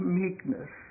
meekness